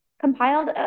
compiled